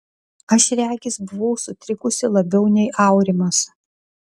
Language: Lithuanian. aš regis buvau sutrikusi labiau nei aurimas